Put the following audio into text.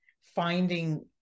finding